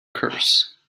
curse